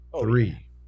Three